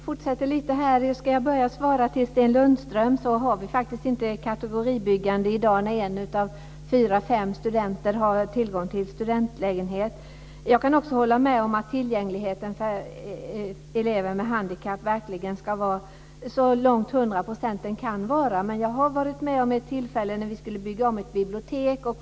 Fru talman! Jag ska börja med att svara Sten Lundström. Det finns faktiskt inget kategoribyggande i dag när en av fyra fem studenter har tillgång till studentlägenhet. Jag kan också hålla med om att tillgängligheten för elever med handikapp verkligen ska vara så nära hundra procent som möjligt. Men jag var med vid ett tillfälle då ett bibliotek skulle byggas om.